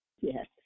yes